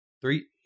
Three